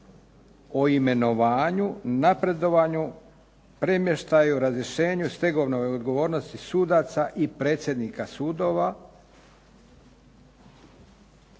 o imenovanju, napredovanju, premještaju, razrješenju, stegovnoj odgovornosti sudaca i predsjednika sudova.